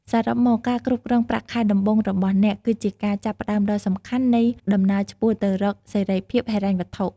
សរុបមក ការគ្រប់គ្រងប្រាក់ខែដំបូងរបស់អ្នក គឺជាការចាប់ផ្ដើមដ៏សំខាន់នៃដំណើរឆ្ពោះទៅរកសេរីភាពហិរញ្ញវត្ថុ។